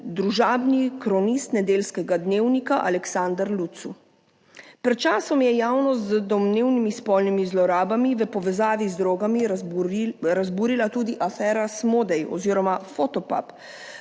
družabni kronist Nedeljskega dnevnika Aleksander Lucu. Pred časom je javnost z domnevnimi spolnimi zlorabami v povezavi z drogami razburila tudi afera Smodej oziroma Fotopub,